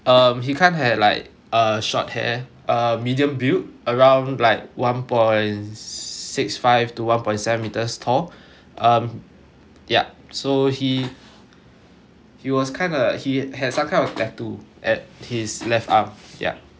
um he kind of hair like uh short hair uh medium build around like one point six five to one point seven meters tall um yup so he he was kind of he has some kind of tattoo at his left arm ya